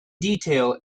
detail